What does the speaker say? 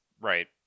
Right